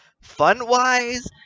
fun-wise